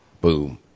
boom